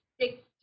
stick